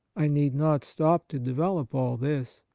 i need not stop to develop all this.